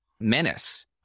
menace